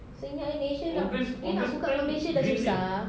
so ingatkan malaysia you nak buka malaysia dah susah